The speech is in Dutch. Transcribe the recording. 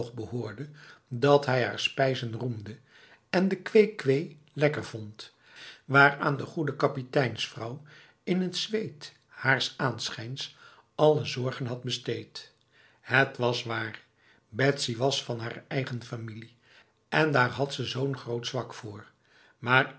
behoorde dat hij haar spijzen roemde en de kwee-kwee lekker vond waaraan de goede kapiteinsvrouw in het zweet haars aanschijns alle zorgen had besteed het was waar betsy was van haar eigen familie en daar had ze n groot zwak voor maar